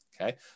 okay